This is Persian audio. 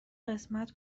قسمت